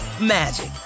magic